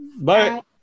Bye